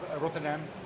Rotterdam